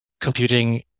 computing